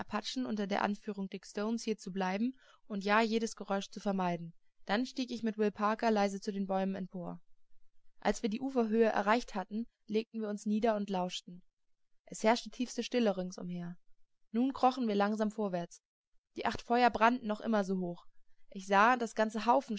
apachen unter der anführung dick stones hier zurückzubleiben und ja jedes geräusch zu vermeiden dann stieg ich mit will parker leise zu den bäumen empor als wir die uferhöhe erreicht hatten legten wir uns nieder und lauschten es herrschte tiefste stille ringsumher nun krochen wir langsam vorwärts die acht feuer brannten noch immer so hoch ich sah daß ganze haufen